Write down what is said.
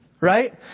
right